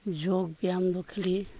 ᱡᱳᱜᱽᱵᱮᱭᱟᱢ ᱫᱚ ᱠᱷᱟᱹᱞᱤ